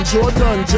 Jordan